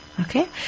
okay